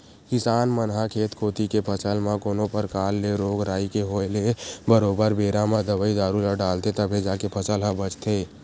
किसान मन ह खेत कोती के फसल म कोनो परकार ले रोग राई के होय ले बरोबर बेरा म दवई दारू ल डालथे तभे जाके फसल ह बचथे